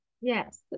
Yes